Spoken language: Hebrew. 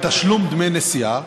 מתשלום דמי נסיעה,